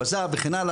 והוא עזב וכן הלאה.